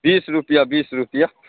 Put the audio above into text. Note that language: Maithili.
बीस रुपैए बीस रुपैए